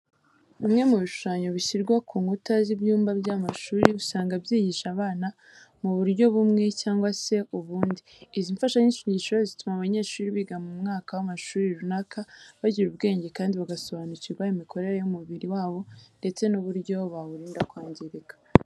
Bimwe mu bishushanyo bishyirwa ku nkuta z'ibyumba by'amashuri usanga byigisha abana mu buryo bumwe cyangwa se ubundi. Izi mfashanyigisho zituma abanyeshuri biga mu mwaka w'amashuri runaka bagira ubwenge kandi bagasobanukirwa imikorere y'umubiri wabo ndetse n'uburyo bawurinda kwangirika.